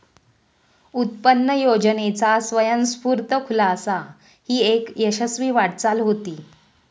उत्पन्न योजनेचा स्वयंस्फूर्त खुलासा ही एक यशस्वी वाटचाल होती